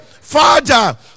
father